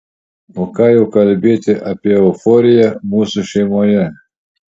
o ką jau kalbėti apie euforiją mūsų šeimoje